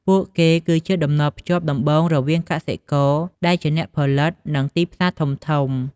ពួកគេគឺជាតំណភ្ជាប់ដំបូងរវាង កសិករ ដែលជា អ្នកផលិត និង ទីផ្សារធំៗ។